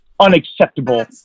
unacceptable